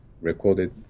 recorded